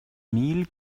mille